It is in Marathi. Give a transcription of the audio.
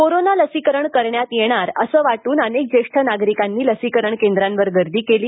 कोरोना लसीकरण करण्यात येणार असं वाटून अनेक ज्येष्ठ नागरिकांनी लसीकरण केंद्रांवर गर्दी केली